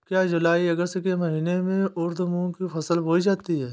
क्या जूलाई अगस्त के महीने में उर्द मूंग की फसल बोई जाती है?